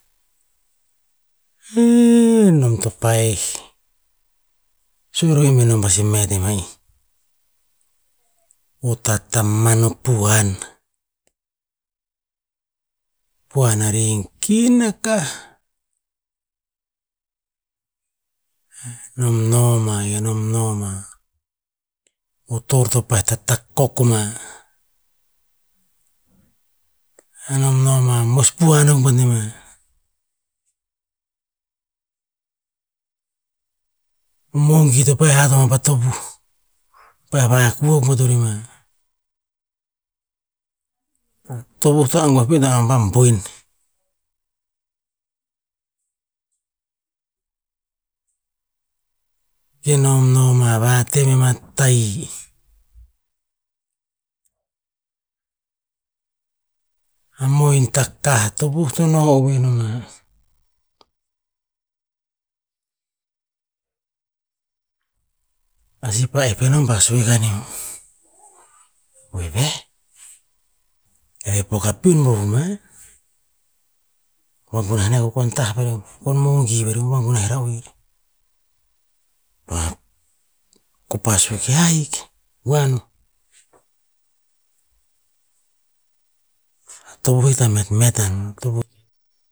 Ee, nom to pa-eh sue nom ba enom pasi meht en a'ih. O tatamano pu'han, pu'han ari gin akah noma kenom noma, o tor to pa'eh takok o ma, enom noma, moes pu'han akuk bat nemah. Mongi to pa'eh hat o ma pa tovih, pa'eh vakuh akuk bat veh mah. Tovuh to angue pet anom pa boen. Kenom noma vaeh me mah tahi, a mohin takah, tovuh to no ovoe no ma. A sih pa'eh penom pa sue kaneo, "vehveh, eh pok a piun bo voma, va gunah nah kukon tah varu, kukon mongi varium, hoa gunah ra oer." Kopah sue ke ya, "ahik, huan o." Tovuh ita metmet anon tonih to